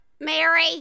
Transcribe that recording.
Mary